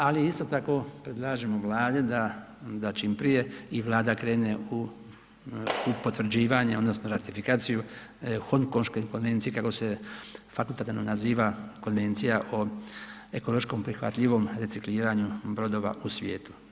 Ali isto tako predlažemo Vladi da čim prije i Vlada krene u potvrđivanje, odnosno ratifikaciju Hongkonške konvencije kako se fakultativno naziva Konvencija o ekološkom prihvatljivom recikliranju brodova u svijetu.